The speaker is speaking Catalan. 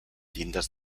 llindes